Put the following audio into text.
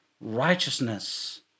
righteousness